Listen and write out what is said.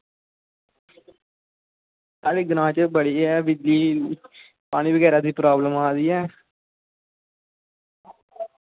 साढ़े ग्रांऽ बिच बिजली पानी दी बड़ी प्रॉब्लम आवा दी ऐ